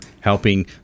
helping